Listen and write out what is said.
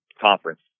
conference